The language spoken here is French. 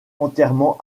entièrement